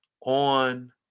on